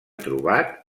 trobat